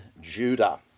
Judah